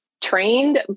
trained